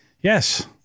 Yes